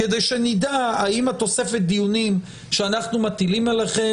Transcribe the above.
כדי שנדע האם תוספת הדיונים שאנחנו מטילים עליכם,